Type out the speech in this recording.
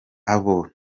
abo